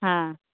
হ্যাঁ